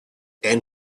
and